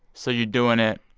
so you're doing it.